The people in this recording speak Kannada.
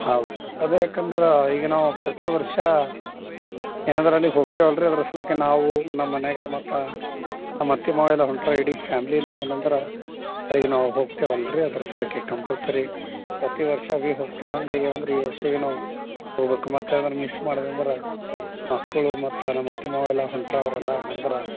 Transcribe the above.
ಹೌದ್ ಅದೇಕಂದ್ರೆ ಈಗ ನಾವು ಪ್ರತಿ ವರ್ಷ ಎನೆದರಲ್ಲಿ ಹೋಗ್ತೇವೆ ಅಲ್ರಿ ಅದರ ಸಲಾಕೆ ನಾವು ನಮ್ಮ ಮನೆಯಾಗ ಮತ್ತು ನಮ್ಮ ಅತ್ತಿ ಮಾವ ಎಲ್ಲಾ ಹೊಂಟ್ರ ಇಡೀ ಫ್ಯಾಮ್ಲಿ ನಾವೇನೆಂದ್ರ ಹೋಗ್ತೇವೆ ಅಲ್ರಿ ಅದರ್ ಸಲಾಕೆ ಕಂಪಲ್ಸರಿ ಪ್ರತಿ ವರ್ಷ ವಿ ಹೋಗ್ತೇವೆ ಹಂಗೆ ಏನಂದ್ರೆ ಈ ವರ್ಷವೆ ನಾವು ಹೋಗಬೇಕು ಮತ್ತೇನಾರ ಮಿಸ್ ಮಾಡ್ದೆ ಅಂದ್ರೆ ಮಕ್ಕಳು ಮತ್ತು ನಮ್ಮ ಅತ್ತೆ ಮಾವ ಎಲ್ಲಾ ಹೊಂಟ್ರಾ ಅವ್ರೆಲ್ಲಾ ಏನಂದ್ರ